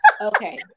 okay